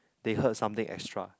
they heard something extra